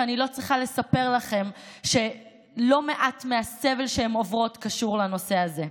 שאני לא צריכה לספר לכם שלא מעט מהסבל שהם עוברים קשור לנושא הזה.